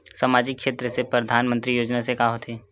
सामजिक क्षेत्र से परधानमंतरी योजना से का होथे?